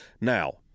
Now